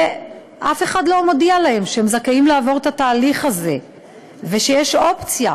ואף אחד לא מודיע להם שהם זכאים לעבור את התהליך הזה ושיש אופציה